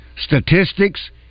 statistics